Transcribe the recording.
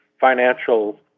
financial